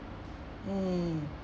mm